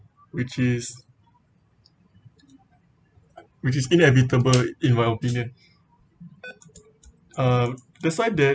which is which is inevitable in my opinion uh that's why that